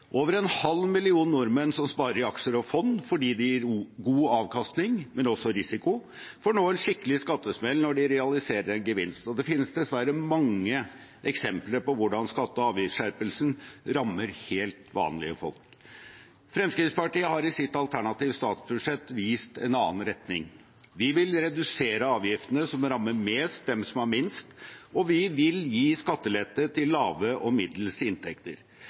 Over en halv million nordmenn som sparer i aksjer og fond fordi det gir god avkastning, men også risiko, får nå en skikkelig skattesmell når de realiserer en gevinst. Det finnes dessverre mange eksempler på hvordan skatte- og avgiftsskjerpelsene rammer helt vanlige folk. Fremskrittspartiet har i sitt alternative statsbudsjett vist en annen retning. Vi vil redusere avgiftene som rammer mest dem som har minst, og vi vil gi skattelette til lave og middels inntekter.